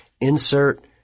insert